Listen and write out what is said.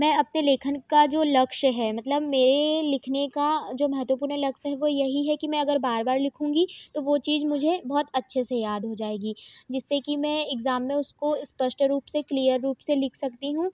मैं अपने लेखन का जो लक्ष्य है मतलब मेरे लिखने का जो महत्त्वपूर्ण लक्ष्य है वो यही है कि मैं अगर बार बार लिखूँगी तो वो चीज मुझे बहुत अच्छे से याद हो जाएगी जिससे कि मैं एग्ज़ाम में उसको स्पष्ट रूप से क्लियर रूप से लिख सकती हूँ